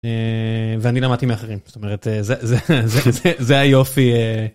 ואני למדתי מאחרים, זאת אומרת זה היופי.